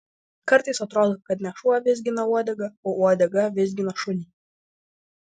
kartais atrodo kad ne šuo vizgina uodegą o uodega vizgina šunį